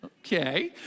okay